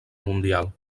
mundial